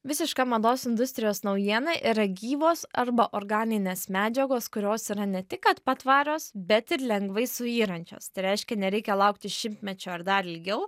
visiška mados industrijos naujiena yra gyvos arba organinės medžiagos kurios yra ne tik kad patvarios bet ir lengvai suyrančios tai reiškia nereikia laukti šimtmečio ar dar ilgiau